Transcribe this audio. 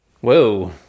Whoa